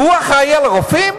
והוא אחראי לרופאים?